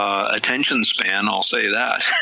um attention span, i'll say that